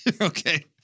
Okay